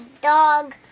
dog